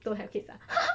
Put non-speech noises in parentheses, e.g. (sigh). don't have kids ah (noise)